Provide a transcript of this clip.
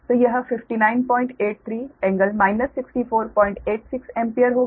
तो यह 5983∟ 64860 एम्पीयर होगा